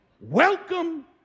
Welcome